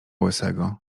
łysego